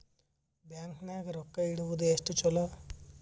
Bank ನಾಗ ರೊಕ್ಕ ಇಡುವುದು ಎಷ್ಟು ಚಲೋ?